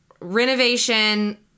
Renovation